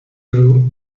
row